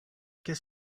qu’est